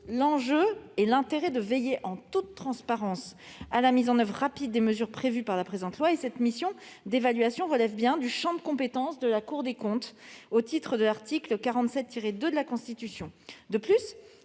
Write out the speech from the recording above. l'enjeu et l'intérêt de veiller en toute transparence à la mise en oeuvre rapide des mesures prévues dans ce projet de loi. Cette mission d'évaluation relève bien du champ de compétence de la Cour des comptes au titre de l'article 47-2 de la Constitution. En outre,